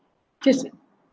just